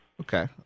Okay